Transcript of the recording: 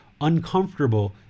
uncomfortable